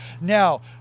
now